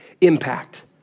impact